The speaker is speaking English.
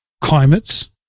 climates